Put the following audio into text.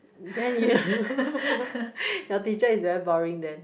than you your teacher is very boring then